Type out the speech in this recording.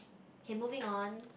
K moving on